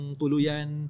tuluyan